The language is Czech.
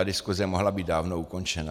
Ta diskuse mohla být dávno ukončena.